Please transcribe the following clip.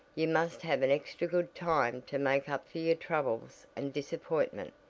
you must have an extra good time to make up for your troubles and disappointment,